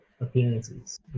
appearances